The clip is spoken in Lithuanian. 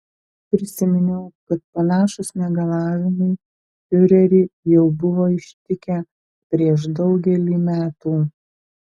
prisiminiau kad panašūs negalavimai fiurerį jau buvo ištikę prieš daugelį metų